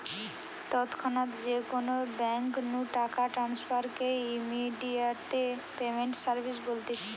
তৎক্ষণাৎ যে কোনো বেঙ্ক নু টাকা ট্রান্সফার কে ইমেডিয়াতে পেমেন্ট সার্ভিস বলতিছে